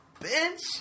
bench